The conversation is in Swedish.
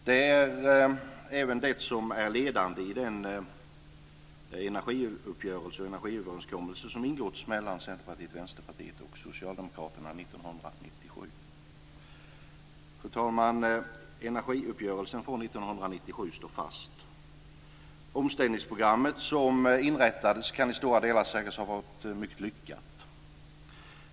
Det är även det som är ledande i den energiöverenskommelse som ingicks mellan Centerpartiet, Vänsterpartiet och Socialdemokraterna 1997. Fru talman! Energiuppgörelsen från 1997 står fast. Omställningsprogrammet som inrättades kan i stora delar sägas ha varit mycket lyckat.